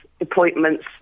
Appointments